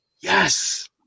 Yes